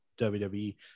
WWE